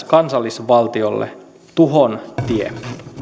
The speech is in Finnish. kansallisvaltiolle tuhon tie